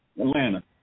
Atlanta